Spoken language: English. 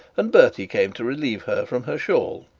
and bertie came to relieve her from her shawl,